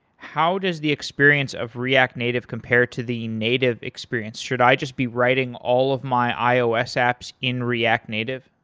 how does the experience of react native compared to the native experience? should i just be writing all of my ios apps in react native?